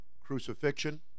crucifixion